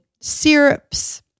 syrups